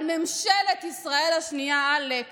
אבל ממשלת ישראל השנייה עלק